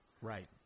Right